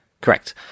Correct